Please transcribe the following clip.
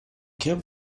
cab